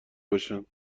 باشند